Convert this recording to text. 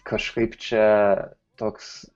kažkaip čia toks